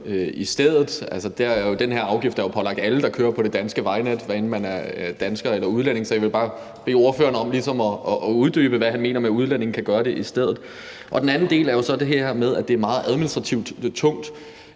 i stedet. Altså, den her afgift er jo pålagt alle, der kører på det danske vejnet, hvad enten man er dansker eller udlænding. Så jeg vil bare bede ordføreren om ligesom at uddybe, hvad han mener med, at udlændinge kan gøre det i stedet. Den anden del er så det her med, at det er meget administrativt tungt.